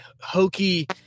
hokey